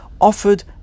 offered